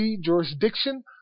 jurisdiction